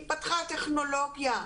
התפתחה טכנולוגיה.